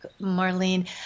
Marlene